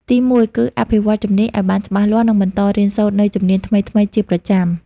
ទីមួយ គឺ អភិវឌ្ឍជំនាញឱ្យបានច្បាស់លាស់ និងបន្តរៀនសូត្រនូវជំនាញថ្មីៗជាប្រចាំ។